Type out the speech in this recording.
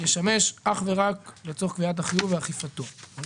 ישמש לצורך קביעת החיוב במס ואכיפתו בלבד